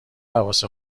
حواس